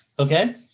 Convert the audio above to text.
Okay